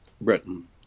britain